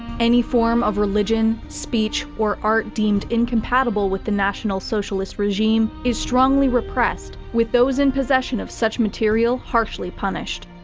any form of religion, speech or art deemed incompatible with the national socialist regime is strongly repressed with those in possession of such material harshly punished.